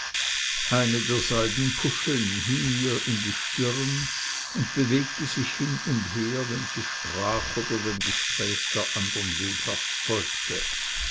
eine der seidenpuscheln hing ihr in die stirn und bewegte sich hin und her wenn sie sprach oder dem gespräche der andern lebhaft folgte